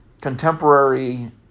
contemporary